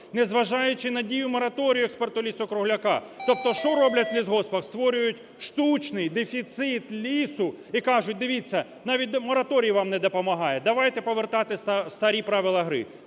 не зважаючи на дію мораторію експорту лісу-кругляка. Тобто що роблять в лісгоспах? Створюють штучний дефіцит лісу і кажуть: "Дивіться, навіть мораторій вам не допомагає. Давайте повертати старі правила гри".